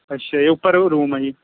ਅੱਛਾ ਜੀ ਉੱਪਰ ਉਹ ਰੂਮ ਆ ਜੀ